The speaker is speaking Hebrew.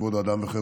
כבוד האדם וחירותו.